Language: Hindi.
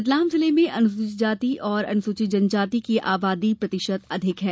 रतलाम जिले में अनुसूचित जाति और अनुसूचित जनजाति की आबादी प्रतिशत अधिक है